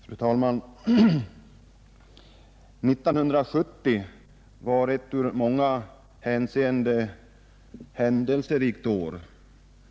Fru talman! 1970 var ett i många hänseenden händelserikt år.